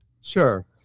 Sure